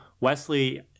Wesley